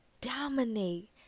dominate